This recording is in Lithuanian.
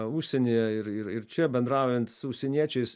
užsienyje ir ir čia bendraujant su užsieniečiais